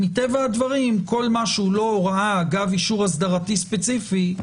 מטבע הדברים כל מה שהוא לא הוראה אגב אישור אסדרתי ספציפי,